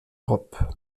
europe